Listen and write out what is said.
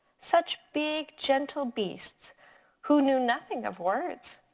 such big gentle beasts who knew nothing of words.